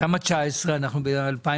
למה 2019, אנחנו ב- 2023?